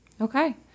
Okay